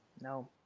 no